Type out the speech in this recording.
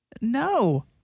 No